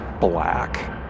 black